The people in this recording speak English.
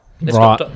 right